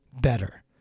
better